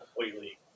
completely